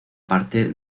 parte